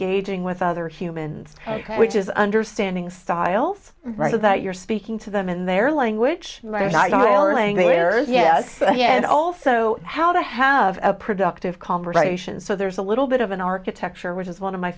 aging with other humans which is understanding styles right that you're speaking to them in their language learning there is yes and also how to have a productive conversation so there's a little bit of an architecture which is one of my